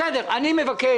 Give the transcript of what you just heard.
אני מבקש,